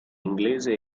inglese